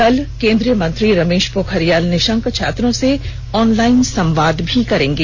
कल केन्द्रीय मंत्री रमेष पोखरियाल निषंक छात्रों से ऑनलाइन संवाद भी करेंगे